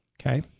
Okay